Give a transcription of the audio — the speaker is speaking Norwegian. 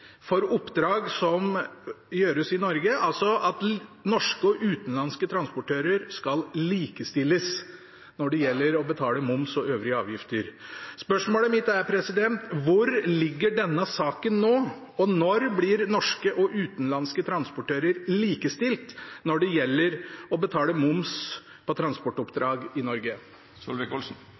for oppdrag som gjøres i Norge, altså at norske og utenlandske transportører skal likestilles når det gjelder å betale moms og øvrige avgifter. Spørsmålet mitt er: Hvor ligger denne saken nå, og når blir norske og utenlandske transportører likestilt når det gjelder å betale moms på transportoppdrag i Norge?